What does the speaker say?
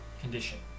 condition